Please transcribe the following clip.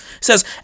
says